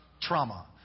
Trauma